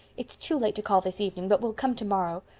it's too late to call this evening, but we'll come tomorrow.